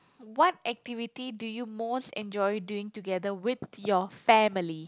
what activity do you most enjoy doing together with your family